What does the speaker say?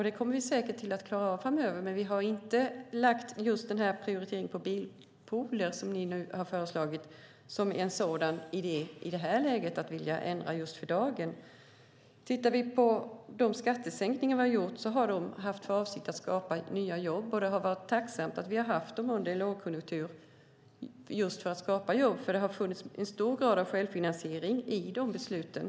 Det kommer vi säkert att klara av framöver, men vi har inte lagt fram just den här prioriteringen på bilpooler som ni nu har föreslagit som en idé att ändra i det här läget. Avsikten med de skattesänkningar vi har gjort har varit att skapa nya jobb, och det har varit tacksamt att vi har haft dem under en lågkonjunktur, för det har varit en stor grad av självfinansiering i de besluten.